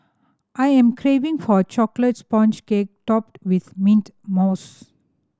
I am craving for a chocolate sponge cake topped with mint mousse